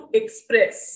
express